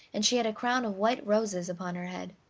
and she had a crown of white roses upon her head.